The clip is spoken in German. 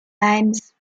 eins